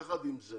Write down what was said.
יחד עם זאת